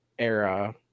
Era